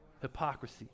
Hypocrisy